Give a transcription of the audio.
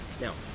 Now